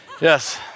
yes